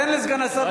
תן לסגן השר להשיב.